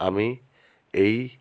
আমি এই